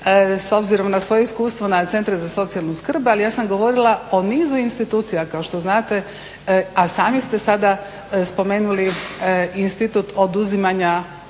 s obzirom na svoje iskustvo na centra za socijalnu skrb, ali ja sam govorila o nizu institucija. Kao što znate, a sami ste sada spomenuli Institut oduzimanja